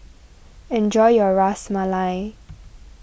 enjoy your Ras Malai